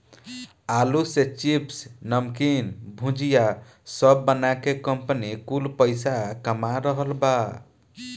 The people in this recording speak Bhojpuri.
आलू से चिप्स, नमकीन, भुजिया सब बना के कंपनी कुल पईसा कमा रहल बा